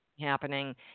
happening